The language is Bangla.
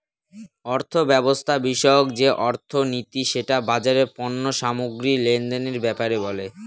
অর্থব্যবস্থা বিষয়ক যে অর্থনীতি সেটা বাজারের পণ্য সামগ্রী লেনদেনের ব্যাপারে বলে